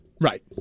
right